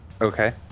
Okay